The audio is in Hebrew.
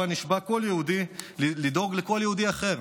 נשבע כל יהודי לדאוג לכל יהודי אחר.